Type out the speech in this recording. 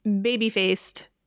baby-faced